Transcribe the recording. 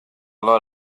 lot